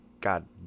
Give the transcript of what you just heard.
god